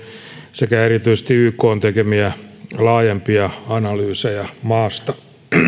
sekä erityisesti ykn tekemiä laajempia analyysejä maasta